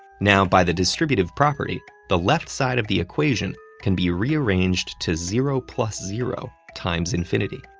now, by the distributive property, the left side of the equation can be rearranged to zero plus zero times infinity.